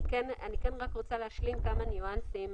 אני כן רוצה להשלים כמה ניואנסים.